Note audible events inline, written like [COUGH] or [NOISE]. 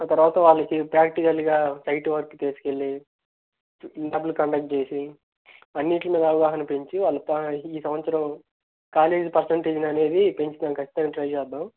ఆ తర్వాత వాళ్ళకి ప్రాక్టికల్గా సైట్ వర్క్కి తీసుకెళ్లి [UNINTELLIGIBLE] కండక్ట్ చేసి అన్నిటి మీద అవగాహన పెంచి వాళ్ళ పా ఈ సంవత్సరం కాలేజీ పర్సెంటేజును అనేది పెంచుదాం ఖచ్చితంగా ట్రై చేద్దాం